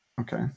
Okay